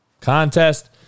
Contest